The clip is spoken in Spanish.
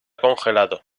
congelado